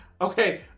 Okay